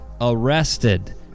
arrested